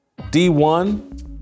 D1